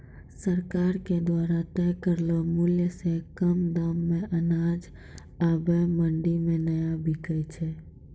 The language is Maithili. सरकार के द्वारा तय करलो मुल्य सॅ कम दाम मॅ अनाज आबॅ मंडी मॅ नाय बिकै छै